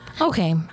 Okay